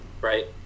right